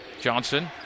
Johnson